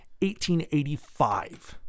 1885